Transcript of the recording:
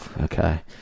Okay